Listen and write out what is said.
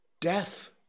death